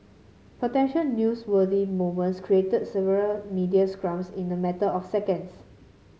potential newsworthy moments created several media scrums in a matter of seconds